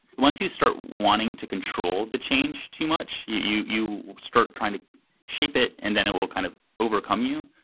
once you start wanting to control the change too much, you you start trying to shape it and then it will kind of overcome you.